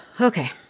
okay